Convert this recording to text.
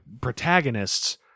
protagonists